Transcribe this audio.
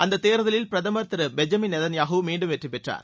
அந்த தேர்தலில் பிரதமர் திரு பெஞ்சமின் நேதன் யாகூ மீண்டும் வெற்றி பெற்றார்